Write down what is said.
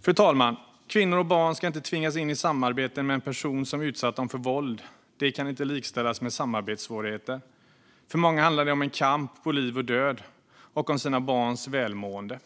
Fru talman! Kvinnor och barn ska inte tvingas in i samarbeten med en person som utsatt dem för våld. Det kan inte likställas med samarbetssvårigheter. För många handlar det om en kamp på liv och död och om sina barns välmående.